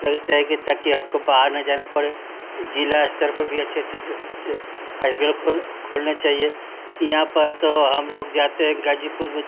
लगे चाहे कि ताकि हमको बाहर न जाना पड़े ज़िला स्तर पर भी अच्छे अच्छे हास्पिटल खोल खोलने चाहिए यहाँ पर तो हम लोग जाते हैं गाजीपुर में